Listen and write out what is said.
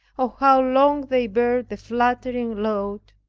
oh, how long they bear the flattering load,